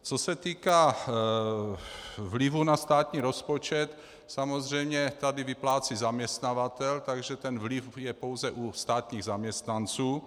Co se týká vlivu na státní rozpočet, samozřejmě tady vyplácí zaměstnavatel, takže ten vliv je pouze u státních zaměstnanců.